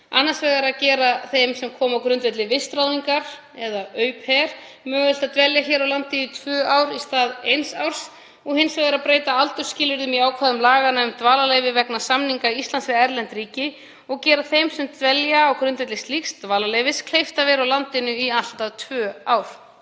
annars vegar að gera þeim sem koma á grundvelli vistráðningar eða „au pair“ mögulegt að dvelja hér á landi í tvö ár í stað eins árs. Hins vegar að breyta aldursskilyrðum í ákvæðum laga um dvalarleyfi vegna samninga Íslands við erlend ríki og gera þeim sem dvelja á grundvelli slíks dvalarleyfis kleift að vera á landinu í allt að tvö ár.